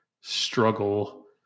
struggle